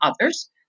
others